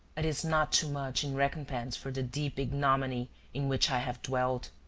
it is not too much in recompense for the deep ignominy in which i have dwelt.